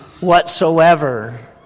whatsoever